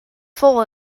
full